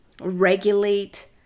regulate